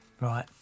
Right